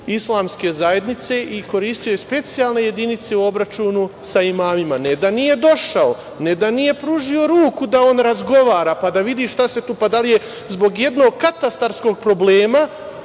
islamske zajednice i koristio je specijalne jedinice u obračunu sa imamima. Ne da nije došao, ne da nije pružio ruku da on razgovara pa da vidi šta se tu, da li je zbog jednog katastarskog problema